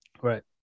right